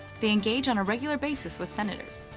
they engage on a regular basis with senators.